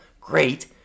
Great